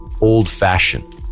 old-fashioned